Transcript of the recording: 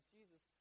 Jesus